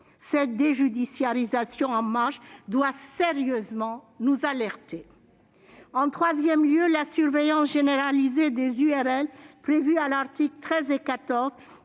Cette déjudiciarisation en marche doit, là encore, sérieusement nous alerter. En troisième lieu, la surveillance généralisée des URL prévue aux articles 13 et 14